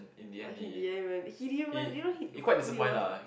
but he didn't even he didn't even you know he he was like